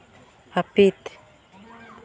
ᱦᱟᱹᱯᱤᱫ